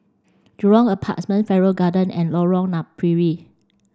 Jurong Apartments Farrer Garden and Lorong Napiri